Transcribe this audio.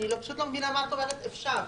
אני פשוט לא מבינה מה זאת אומרת "אפשר".